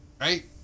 Right